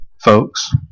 folks